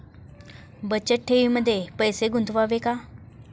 बचत ठेवीमध्ये पैसे गुंतवावे का?